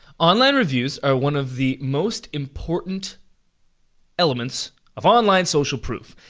online reviews are one of the most important elements of online social proof.